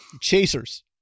Chasers